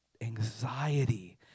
anxiety